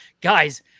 guys